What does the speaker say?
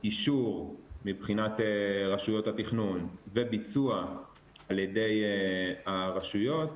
אישור מבחינת רשויות התכנון וביצוע על ידי הרשויות,